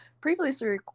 previously